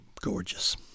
gorgeous